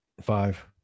Five